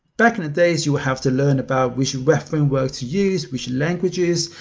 back in the days, you'll have to learn about which referent word to use, which languages,